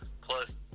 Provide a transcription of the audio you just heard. Plus